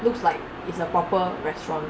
looks like it's a proper restaurant